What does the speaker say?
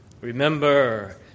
Remember